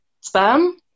sperm